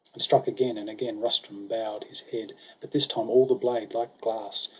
and struck again and again rustum bow'd his head but this time all the blade, like glass.